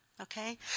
okay